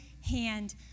hand